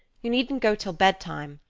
you needn't go till bed-time.